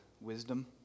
wisdom